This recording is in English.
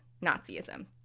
nazism